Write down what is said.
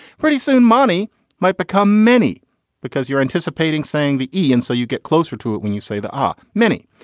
pretty soon money might become many because you're anticipating saying the e and so you get closer to it when you say there are many.